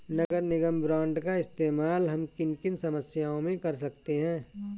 नगर निगम बॉन्ड का इस्तेमाल हम किन किन समस्याओं में कर सकते हैं?